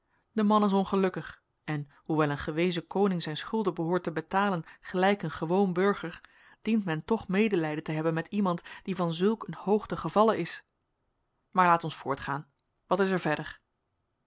de man is ongelukkig en hoewel een gewezen koning zijn schulden behoort te betalen gelijk een gewoon burger dient men toch medelijden te hebben met iemand die van zulk een hoogte gevallen is maar laat ons voortgaan wat is er verder